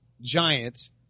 Giants